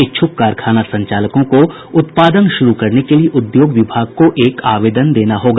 इच्छुक कारखाना संचालकों को उत्पादन शुरू करने के लिए उद्योग विभाग को एक आवेदन देना होगा